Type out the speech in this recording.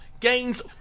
Gains